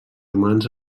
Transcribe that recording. humans